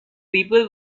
people